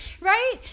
right